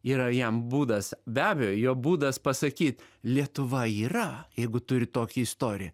yra jam būdas be abejo jo būdas pasakyt lietuva yra jeigu turi tokią istoriją